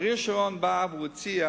אריאל שרון בא והוא הציע